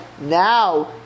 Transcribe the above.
now